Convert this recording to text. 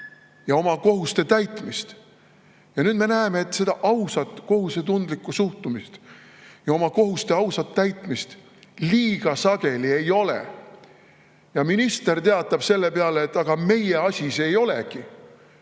ja oma kohuste täitmist. Ja nüüd me näeme, et seda ausat, kohusetundlikku suhtumist ja oma kohuste ausat täitmist kuigi sageli ei ole. Minister aga teatab selle peale, et meie asi,